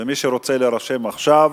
מי שרוצה להירשם, עכשיו,